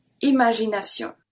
Imagination